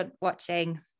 watching